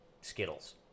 skittles